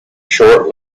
short